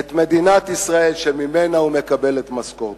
את מדינת ישראל שממנה הוא מקבל את משכורתו,